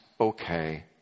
okay